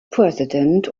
president